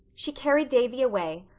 she carried davy away,